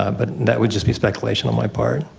um but that would just be speculation on my part.